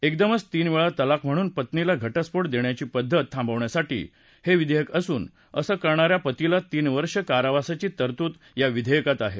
एकदमच तीन वेळा तलाक म्हणून पत्नीला घटस्फोट देण्याची पद्धत थांबवण्यासाठी हे विधेयक असून असं करणा या पतीला तीन वर्ष कारावासाची तरतूद या विधेयकात आहे